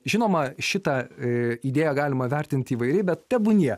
žinoma šitą i idėją galima vertint įvairiai bet tebūnie